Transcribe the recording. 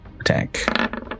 attack